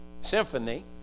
symphony